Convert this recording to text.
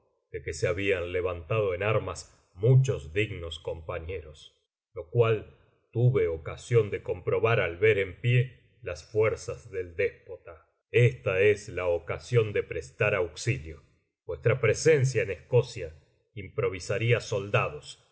de que se habían levantado en armas muchos dignos compañeros lo cual tuve ocasión de comprobar al ver en pié las fuerzas del déspota esta es la ocasión de prestar auxilio vuestra presencia en escocia improvisaría soldados